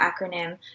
acronym